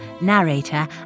narrator